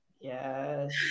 Yes